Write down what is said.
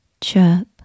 chirp